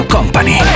Company